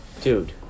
Dude